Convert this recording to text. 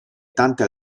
tante